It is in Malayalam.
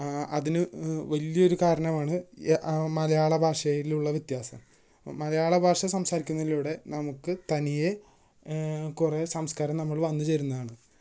അതിനു വലിയൊരു കാരണമാണ് ആ മലയാള ഭാഷയിലുള്ള വ്യത്യാസം മലയാള ഭാഷ സംസാരിക്കുന്നതിലൂടെ നമുക്ക് തനിയെ കുറേ സംസ്കാരം നമ്മളില് വന്നു ചേരുന്നതാണ്